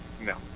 No